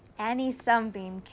annie sunbeam,